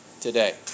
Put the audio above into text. today